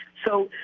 so,